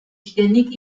ständig